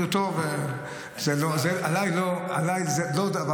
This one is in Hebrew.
עליי זה לא,